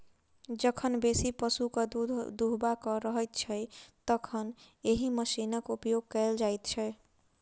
जखन बेसी पशुक दूध दूहबाक रहैत छै, तखन एहि मशीनक उपयोग कयल जाइत छै